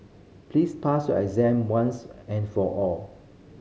please pass your exam once and for all